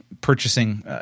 purchasing –